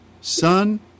son